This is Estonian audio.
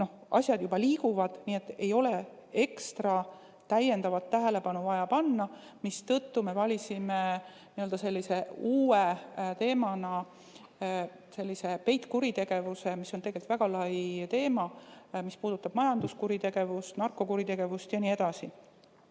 asjad juba liiguvad, nii et sinna ei ole täiendavat tähelepanu vaja suunata. Seetõttu me valisime sellise uue teemana peitkuritegevuse, mis on tegelikult väga lai teema ja puudutab majanduskuritegevust, narkokuritegevust ja nii edasi.